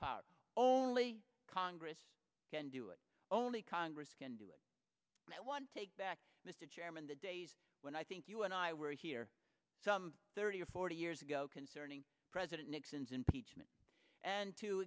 power only congress can do it only congress can do it in one take back mr chairman the days when i think you and i were here some thirty or forty years ago concerning president nixon's impeachment and to